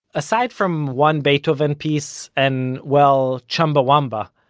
aside from one beethoven piece, and well chumbawamba,